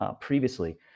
previously